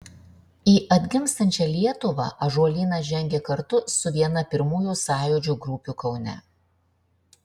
į atgimstančią lietuvą ąžuolynas žengė kartu su viena pirmųjų sąjūdžio grupių kaune